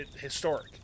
historic